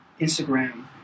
Instagram